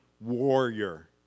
warrior